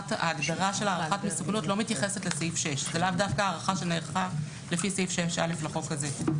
ההגדרה של הערכת מסוכנות לא מתייחסת לסעיף 6א. זה לאו דווקא הערכה שנערכה לפי סעיף 6א לחוק הזה.